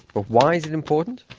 ah why is it important?